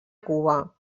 cuba